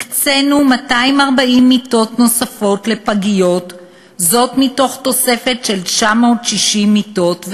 הקצינו 240 מיטות נוספות לפגיות מתוך תוספת של 960 מיטות.